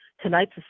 Tonight's